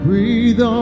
Breathe